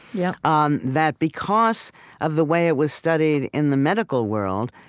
yeah um that because of the way it was studied in the medical world,